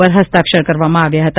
ઉપર હસ્તાક્ષર કરવામાં આવ્યા હતા